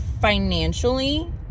financially